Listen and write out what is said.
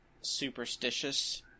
superstitious